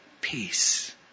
Peace